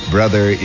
Brother